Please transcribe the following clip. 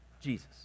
Jesus